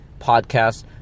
podcast